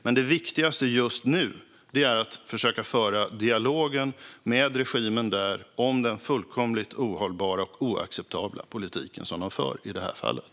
Men det viktigaste just nu är att försöka föra dialogen med regimen där om den fullkomligt ohållbara och oacceptabla politik som de för i det här fallet.